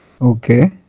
Okay